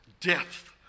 death